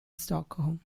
stockholm